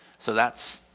so that's,